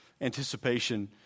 anticipation